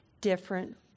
different